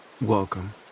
welcome